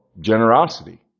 generosity